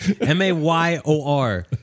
M-A-Y-O-R